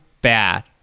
bad